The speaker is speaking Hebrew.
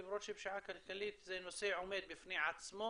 למרות שפשיעה כלכלית זה נושא שעומד בפני עצמו